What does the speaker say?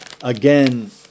again